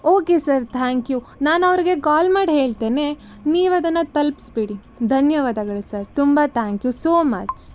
okay sir thank you ನಾನು ಅವ್ರಿಗೆ call ಮಾಡಿ ಹೇಳ್ತೇನೆ ನೀವು ಅದನ್ನು ತಲ್ಪಿಸಿ ಬಿಡಿ ಧನ್ಯವಾದಗಳು ಸರ್ ತುಂಬ ಥ್ಯಾಂಕ್ ಯು ಸೋ ಮಚ್